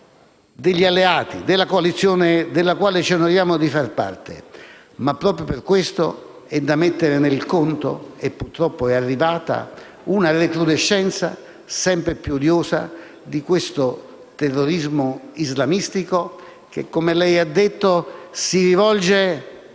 a vantaggio della coalizione della quale ci onoriamo di far parte. Ma, proprio per questo, è da mettere nel conto - e purtroppo è arrivata - una recrudescenza sempre più odiosa di questo terrorismo islamistico che, come lei ha detto, si rivolge